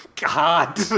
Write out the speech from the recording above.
God